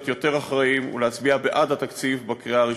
יותר אחראיים ולהצביע בעד התקציב בקריאה הראשונה.